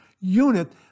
unit